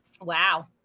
wow